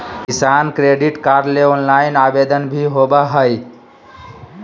किसान credit card ले online आवेदन भी होबय हय